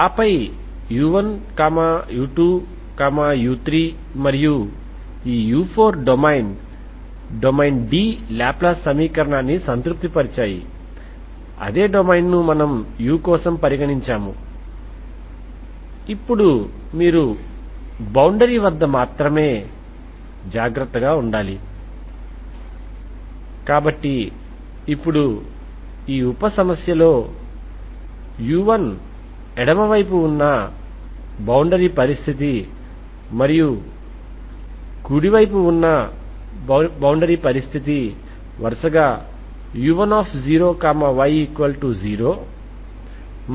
ఆపై u1 u2 u3 మరియు u4డొమైన్ D లాప్లేస్ సమీకరణాన్ని సంతృప్తిపరిచాయి అదే డొమైన్ను మనము u కోసం పరిగణించాము ఇప్పుడు మీరు బౌండరీ వద్ద మాత్రమే జాగ్రత్తగా ఉండాలి కాబట్టి ఇప్పుడు ఉప సమస్యలో u1ఎడమవైపు ఉన్న బౌండరీ పరిస్థితి మరియు కుడివైపు ఉన్న బౌండరీ పరిస్థితి వరుసగాu10y0 మరియు u1ayg2